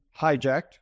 hijacked